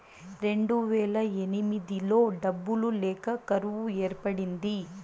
రెండువేల ఎనిమిదిలో డబ్బులు లేక కరువు ఏర్పడింది